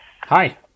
Hi